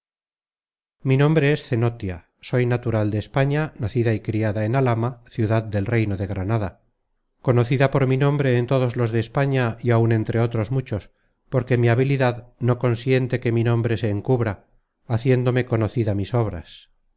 mi nombre es cenotia soy natural de españa nacida y criada en alhama ciudad del reino de granada conocida por mi nombre en todos los de españa y áun entre otros muchos porque mi habilidad no consiente que mi nombre se encubra haciéndome conocida mis obras